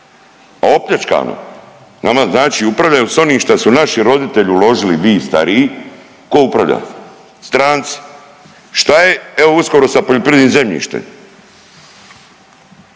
Opljačkano. Nama znači upravljaju sa onim šta su naši roditelji uložili vi stariji. Tko upravlja? Stranci. Šta je? Evo uskoro sa poljoprivrednim zemljištem?